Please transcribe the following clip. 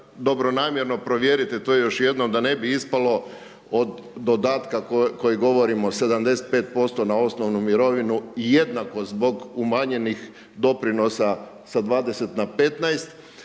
dobronamjerno provjerite to još jednom, da ne bi ispalo od dodatka koji govorimo 75% na osnovnu mirovinu, jednako zbog umanjenih doprinosa sa 20 na 15